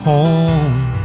Home